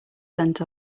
sent